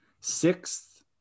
sixth